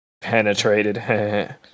Penetrated